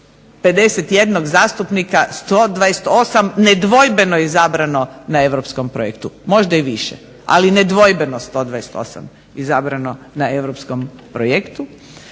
151 zastupnika 128 nedvojbeno izabrano na europskom projektu, možda i više. Ali, nedvojbeno 128 izabrano na europskom projektu.